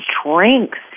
strength